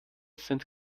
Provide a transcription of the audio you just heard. sind